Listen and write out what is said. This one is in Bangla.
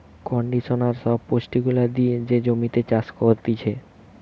কন্ডিশনার সব পুষ্টি গুলা দিয়ে যে জমিতে চাষ করতিছে